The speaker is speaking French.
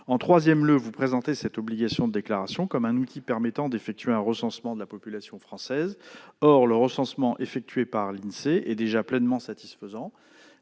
En troisième lieu, vous présentez cette obligation de déclaration comme un outil permettant d'effectuer un recensement de la population française. Or le recensement effectué par l'Insee est déjà pleinement satisfaisant